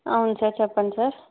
అవును సార్ చెప్పండి సార్